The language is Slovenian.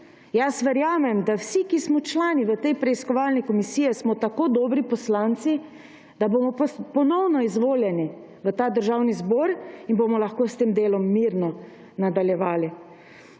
Jaz verjamem, da vsi, ki smo člani v tej preiskovalni komisiji, smo tako dobri poslanci, da bomo ponovno izvoljeni v Državni zbor in bomo lahko s tem delom mirno nadaljevali.